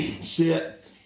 sit